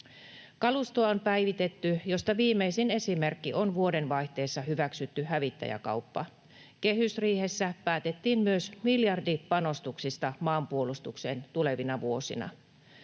Kalustoa on päivitetty, mistä viimeisin esimerkki on vuodenvaihteessa hyväksytty hävittäjäkauppa. Kehysriihessä päätettiin myös miljardipanostuksista maanpuolustukseen tulevina vuosina.